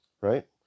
right